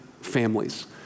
families